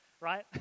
right